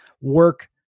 work